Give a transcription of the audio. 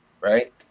Right